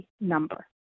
number